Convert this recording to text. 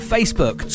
Facebook